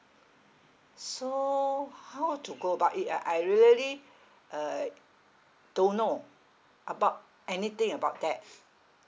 so how to go about it ah I really uh don't know about anything about that